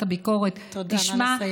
ועדת הביקורת תשמע,